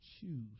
choose